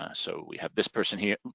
ah so we have this person here,